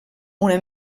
una